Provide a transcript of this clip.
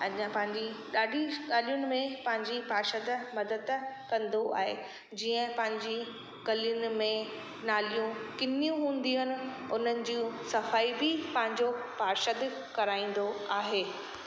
अञा पंहिंजी ॾाढी ॻाल्हियुनि में पंहिंजी पाशद मदद कंदो आहे जीअं पजी गलियुनि में नालियूं किनियूं हूंदियूं आहिनि उन्हनि जूं सफ़ाई बि पंहिंजो पारशद कराईंदो आहे